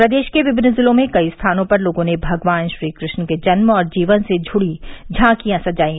प्रदेश के विभिन्न जिलों में कई स्थानों पर लोगों ने भगवान श्रीकृष्ण के जन्म और जीवन से जुड़ी झांकिया सजाईं